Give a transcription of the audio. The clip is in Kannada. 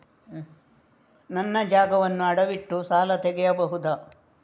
ನನ್ನ ಜಾಗವನ್ನು ಅಡವಿಟ್ಟು ಸಾಲ ತೆಗೆಯಬಹುದ?